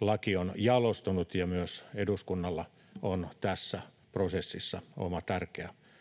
laki on jalostunut, ja myös eduskunnalla on tässä prosessissa oma tärkeä